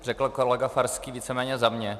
On to řekl kolega Farský víceméně za mě.